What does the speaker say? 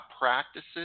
practices